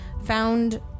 found